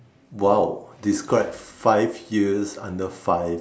!wow! describe five years under five